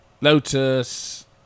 Lotus